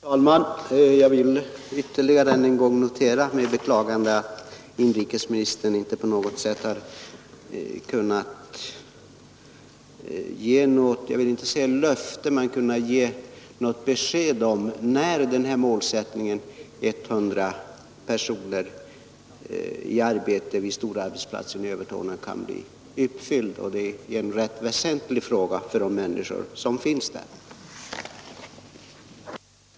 Herr talman! Jag vill ytterligare en gång notera med beklagande att inrikesministern inte på något sätt har kunnat ge besked om när målsättningen 100 personer i arbete vid storarbetsplatsen i Övertorneå kan bli uppfylld. Det är en rätt väsentlig fråga för de människor som Nr 20 väntar på ett sådant besked.